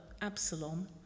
Absalom